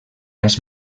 has